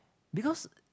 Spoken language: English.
because